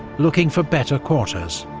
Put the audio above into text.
looking for better quarters.